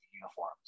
uniforms